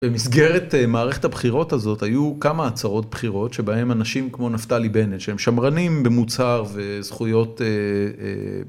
במסגרת מערכת הבחירות הזאת, היו כמה הצהרות בחירות שבהן אנשים כמו נפתלי בנט, שהם שמרנים במוצהר וזכויות אה...